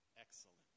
Excellent